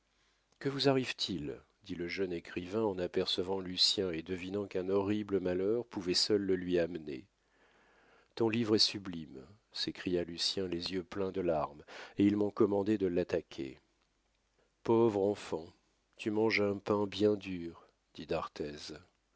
que vous arrive-t-il dit le jeune écrivain en apercevant lucien et devinant qu'un horrible malheur pouvait seul le lui amener ton livre est sublime s'écria lucien les yeux pleins de larmes et ils m'ont commandé de l'attaquer pauvre enfant tu manges un pain bien dur dit d'arthez